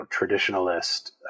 traditionalist